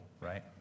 right